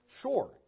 Sure